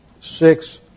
six